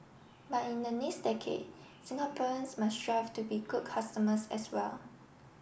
but in the next decade Singaporeans must strive to be good customers as well